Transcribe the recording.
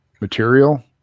material